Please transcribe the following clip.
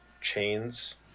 chains